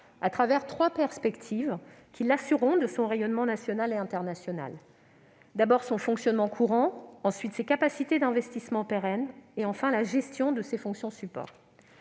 au travers de trois perspectives qui l'assureront de son rayonnement national et international : son fonctionnement courant, ses capacités d'investissement pérennes et la gestion de ses fonctions support.